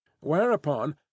Whereupon